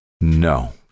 no